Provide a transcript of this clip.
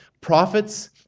prophets